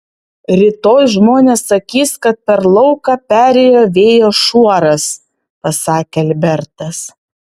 rytoj žmonės sakys kad per lauką perėjo vėjo šuoras pasakė albertas